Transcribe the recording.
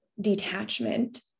detachment